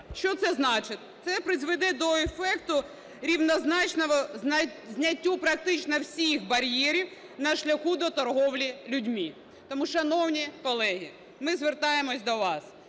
Що це значить? Це призведе до ефекту рівнозначного зняттю практично всіх бар'єрів на шляху до торгівлі людьми. Тому, шановні колеги, ми звертаємося до вас.